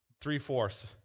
three-fourths